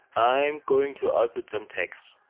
i'm going to output some text.